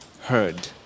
heard